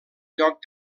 lloc